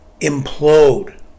implode